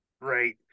right